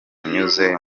unyuze